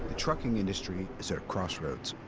trucking industry is at a crossroads.